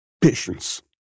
Patience